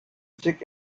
chick